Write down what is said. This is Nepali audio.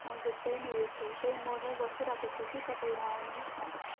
हजुर त्यहीँनिर छु त्यहीँ मोडमै बसिरहेको छु कि तपाईँ यहाँ आउनुहोस् न